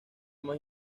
más